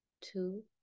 two